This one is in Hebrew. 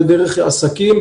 דרך עסקים,